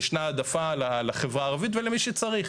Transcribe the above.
ישנה העדפה לחברה הערבית ולמי שצריך.